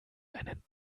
einen